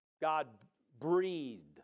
God-breathed